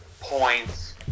points